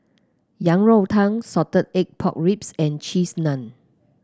Yang Rou Tang Salted Egg Pork Ribs and Cheese Naan